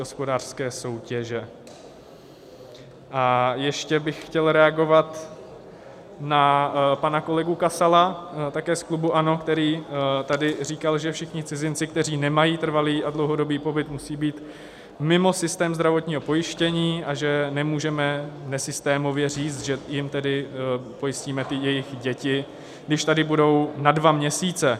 A ještě bych chtěl reagovat na pana kolegu Kasala, také z klubu ANO, který tady říkal, že všichni cizinci, kteří nemají trvalý a dlouhodobý pobyt, musejí být mimo systém zdravotního pojištění a že nemůžeme nesystémově říct, že jim tedy pojistíme jejich děti, když tady budou na dva měsíce.